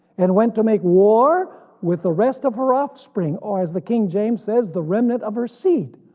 and went to make war with the rest of her offspring, or as the king james says, the remnant of her seed,